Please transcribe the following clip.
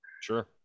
Sure